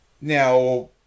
Now